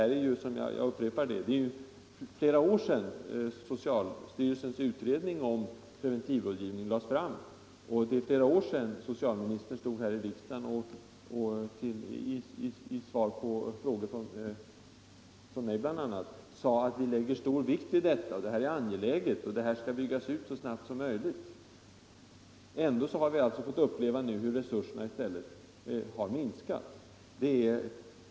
Jag upprepar att det nu är flera år sedan socialstyrelsens utredning om preventivrådgivning lade fram sitt betänkande. Det är likaledes flera år sedan socialministern stod här i riksdagen och som svar på frågor av bl.a. mig sade att han lade stor vikt vid denna fråga, den är mycket angelägen, och att preventivrådgivningen skulle byggas ut så snabbt som möjligt. Men ändå har vi fått uppleva att resurserna i stället har minskat.